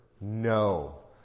No